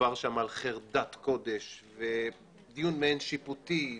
דובר שם על חרדת קודש ודיון מעין שיפוטי.